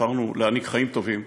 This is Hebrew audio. חתרנו להעניק חיים טובים,